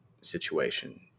situation